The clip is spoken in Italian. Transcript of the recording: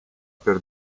per